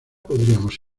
podríamos